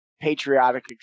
patriotic